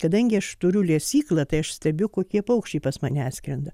kadangi aš turiu lesyklą tai aš stebiu kokie paukščiai pas mane skrenda